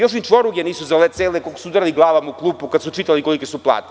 Još im čvoruge nisu zacelile koliko su udarali glavama u klupu kada su čitali kolike su plate.